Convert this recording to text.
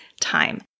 time